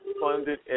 funded